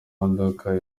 modoka